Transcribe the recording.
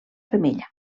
femella